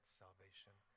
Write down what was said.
salvation